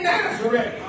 Nazareth